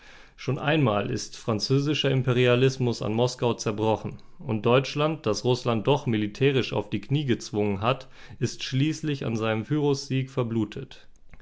schon einmal ist französischer imperialismus an moskau zerbrochen und deutschland das rußland doch militärisch auf die knie gezwungen hat ist schließlich an seinem pyrrhussieg verblutet